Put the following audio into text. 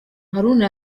haruna